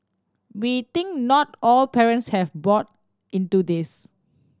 we think not all parents have bought into this